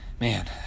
Man